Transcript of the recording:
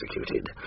executed